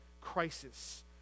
crisis